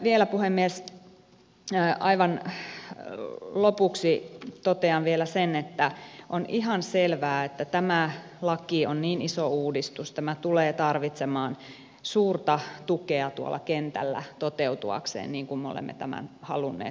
vielä puhemies aivan lopuksi totean sen että on ihan selvää että tämä laki on niin iso uudistus että tämä tulee tarvitsemaan suurta tukea tuolla kentällä toteutuakseen niin kuin me olemme tämän halunneet toteutuvan